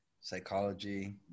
psychology